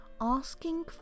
asking